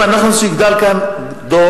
אם אנחנו רוצים שיגדל כאן דור,